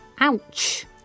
Ouch